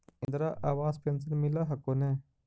इन्द्रा आवास पेन्शन मिल हको ने?